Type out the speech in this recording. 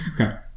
Okay